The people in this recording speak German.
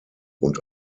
und